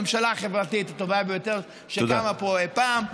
לממשלה החברתית הטובה ביותר שקמה פה אי פעם,